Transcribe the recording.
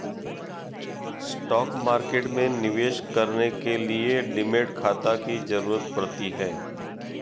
stock market में निवेश करने के लिए डीमैट खाता की जरुरत पड़ती है